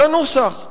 לנוסח.